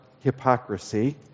hypocrisy